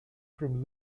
from